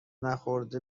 نخورده